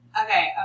Okay